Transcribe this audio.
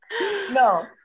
No